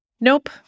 Nope